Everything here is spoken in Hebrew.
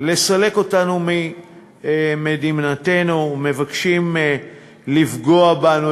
לסלק אותנו ממדינתנו, מבקשים לפגוע בנו.